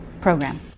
program